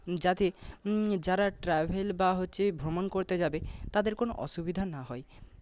যাতে যারা ট্র্যাভেল বা হচ্ছে ভ্রমণ করতে যাবে তাদের কোনো অসুবিধা না হয়